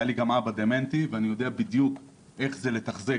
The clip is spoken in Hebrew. היה לי גם אבא דמנטי ואני יודע בדיוק איך זה לתחזק